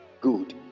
Good